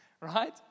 right